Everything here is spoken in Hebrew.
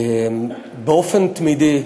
באופן תמידי,